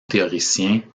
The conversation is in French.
théoriciens